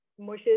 mushes